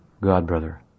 godbrother